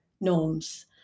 norms